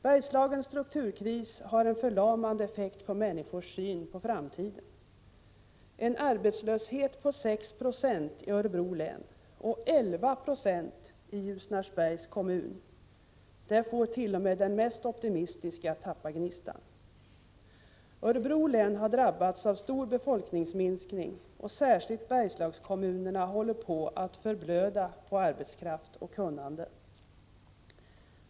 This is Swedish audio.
Bergslagens strukturkris har en förlamande effekt på människors syn på framtiden. En arbetslöshet på 6 26 i Örebro län och 11 96 i Ljusnarsbergs kommun får t.o.m. den mest optimistiske att tappa gnistan. Örebro län har drabbats av stor befolkningsminskning, och särskilt Bergslagskommunerna håller på att förblöda på arbetskraft och kunnande.